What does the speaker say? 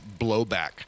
blowback